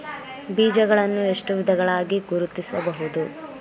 ಬೀಜಗಳನ್ನು ಎಷ್ಟು ವಿಧಗಳಾಗಿ ಗುರುತಿಸಬಹುದು?